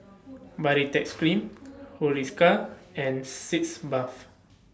Baritex Cream Hiruscar and Sitz Bath